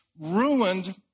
ruined